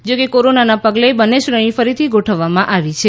જો કે કોરોનાના પગલે બંને શ્રેણી ફરીથી ગોઠવવામાં આવી છે